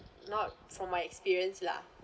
not from my experience lah